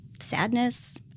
sadness